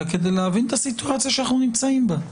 אלא כדי להבין את הסיטואציה שאנחנו נמצאים בה.